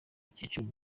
mukecuru